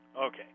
Okay